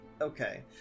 Okay